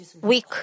weak